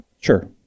Sure